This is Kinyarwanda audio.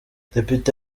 depite